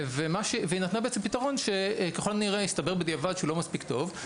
והיא נתנה בעצם פתרון שככל הנראה הסתבר בדיעבד שהוא לא מספיק טוב.